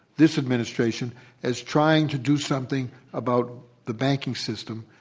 this administration as trying to do something about the banking system,